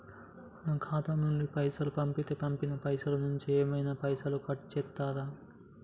నా ఖాతా నుండి పైసలు పంపుతే పంపిన పైసల నుంచి ఏమైనా పైసలు కట్ చేత్తరా?